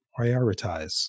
prioritize